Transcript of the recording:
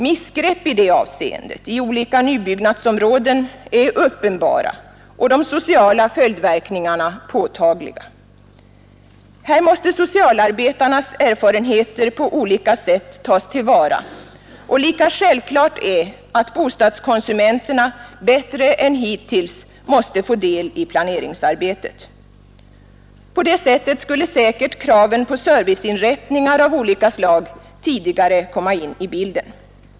Missgrepp i det avseendet i olika nybyggnadsområden är uppenbara och de sociala följdverkningarna påtagliga. Här måste socialarbetarnhas erfarenheter på olika sätt tas till vara, och lika självklart är att bostadskonsumenterna bättre än hittills måste få del i planeringsarbetet. På det sättet skulle säkert kraven på serviceinrättningar av olika slag tidigare komma in i bilden.